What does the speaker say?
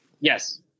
Yes